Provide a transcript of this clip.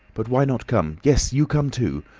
but why not come? yes you come too!